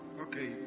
Okay